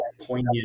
poignant